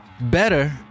better